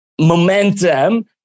momentum